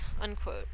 unquote